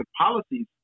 policies